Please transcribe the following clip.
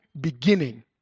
beginning